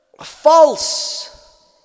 false